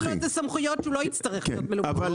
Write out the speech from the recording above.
אנחנו נותנים לו את הסמכויות שהוא לא יצטרך להיות מלווה בשוטר.